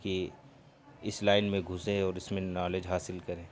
کہ اس لائن میں گھسیں اور اس میں نالج حاصل کریں